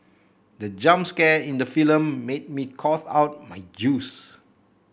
the jump scare in the film made me cough out my juice